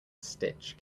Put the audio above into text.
stitch